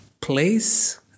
place